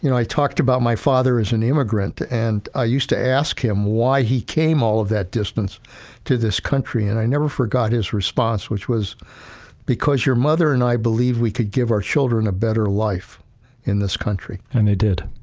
you know i talked about my father as an immigrant, and i used to ask him why he came all of that distance to this country. and i never forgot his response, which was because your mother and i believe we could give our children a better life in this country. and they did.